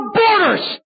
borders